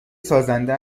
سازنده